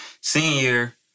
senior